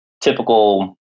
typical